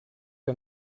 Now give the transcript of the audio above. que